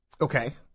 Okay